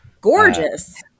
Gorgeous